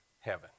heaven